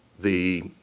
the